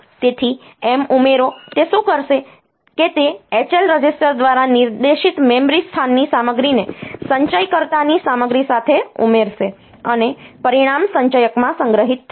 તેથી M ઉમેરો તે શું કરશે કે તે H L રજિસ્ટર દ્વારા નિર્દેશિત મેમરી સ્થાનની સામગ્રીને સંચયકર્તાની સામગ્રી સાથે ઉમેરશે અને પરિણામ સંચયકમાં સંગ્રહિત થશે